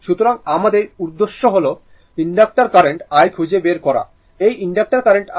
সুতরাং আমাদের উদ্দেশ্য হল ইনডাক্টর কারেন্ট i খুঁজে বের করা এটি ইনডাক্টর কারেন্ট i